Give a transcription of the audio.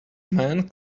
man